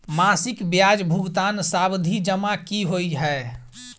मासिक ब्याज भुगतान सावधि जमा की होइ है?